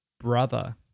brother